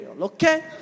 okay